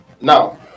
now